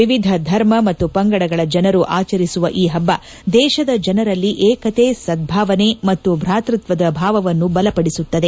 ವಿವಿಧ ಧರ್ಮ ಮತ್ತು ಪಂಗಡಗಳ ಜನರು ಆಚರಿಸುವ ಈ ಹಬ್ಬ ದೇಶದ ಜನರಲ್ಲಿ ಏಕತೆ ಸದ್ದಾವನೆ ಮತ್ತು ಭಾತೃತ್ವದ ಭಾವವನ್ನು ಬಲಪಡಿಸುತ್ತದೆ